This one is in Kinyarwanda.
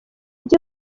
byo